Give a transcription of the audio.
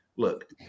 Look